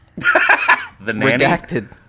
redacted